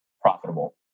profitable